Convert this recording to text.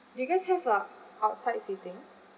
do you guys have ah outside seating